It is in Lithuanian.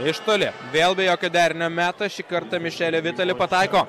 iš toli vėl be jokio derinio meta šį kartą mišele vitali pataiko